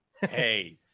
Hey